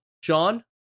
Sean